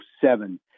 seven